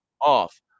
off